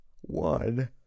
one